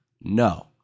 no